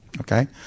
Okay